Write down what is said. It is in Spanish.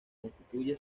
constituye